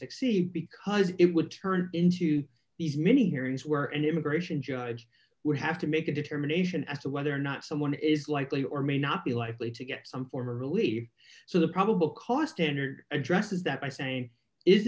succeed because it would turn into these mini hearings where an immigration judge would have to make a determination as to whether or not someone is likely or may not be likely to get some form or relief so the probable cause standard addresses that by saying is